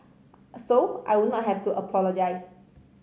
so I would not have to apologise